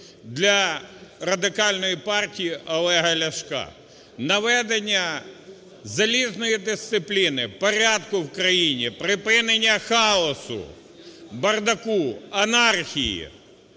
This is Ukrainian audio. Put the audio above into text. для Радикальної партії Олега Ляшка. Наведення залізної дисципліни, порядку в країні, припинення хаосу, бардаку, анархії